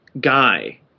guy